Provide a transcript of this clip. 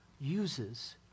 uses